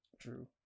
True